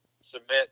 submit